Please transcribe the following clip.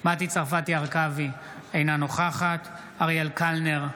בהצבעה מטי צרפתי הרכבי, אינה נוכחת אריאל קלנר,